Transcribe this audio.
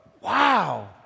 Wow